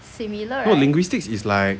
no linguistics is like